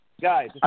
Guys